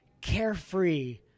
carefree